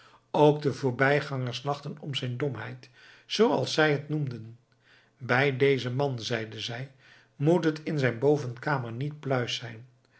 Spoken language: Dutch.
ook de voorbijgangers lachten om zijn domheid zooals zij het noemden bij dezen man zeiden zij moet het in zijn bovenkamer niet pluis zijn